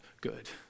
good